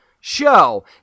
show